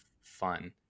fun